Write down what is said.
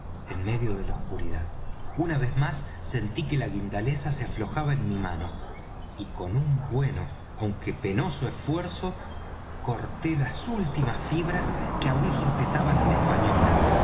en medio de la oscuridad una vez más sentí que la guindaleza se aflojaba en mi mano y con un bueno aunque penoso esfuerzo corté las últimas fibras que aún sujetaban á la española